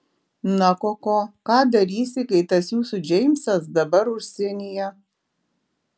na koko ką darysi kai tas jūsų džeimsas dabar užsienyje